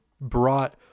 brought